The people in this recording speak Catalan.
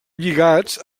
lligats